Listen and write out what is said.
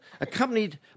accompanied